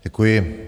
Děkuji.